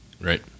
Right